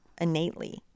Innately